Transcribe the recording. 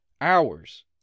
Hours